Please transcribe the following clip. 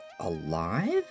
alive